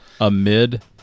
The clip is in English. Amid